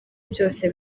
byose